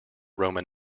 roman